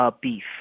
beef